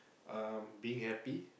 um being happy